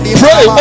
pray